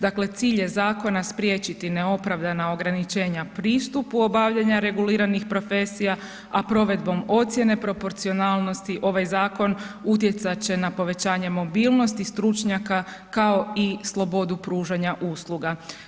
Dakle, cilj je zakona spriječiti neopravdana ograničenja pristupu obavljanja reguliranih profesija, a provedbom ocjene proporcionalnosti ovaj zakon utjecat će na povećanje mobilnosti stručnjaka kao i slobodu pružanja usluga.